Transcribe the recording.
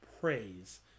praise